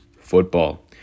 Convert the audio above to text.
football